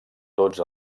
tots